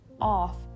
off